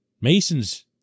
Mason's